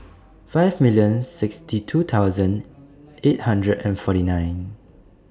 five million sixty two thousand eight hundred and forty nine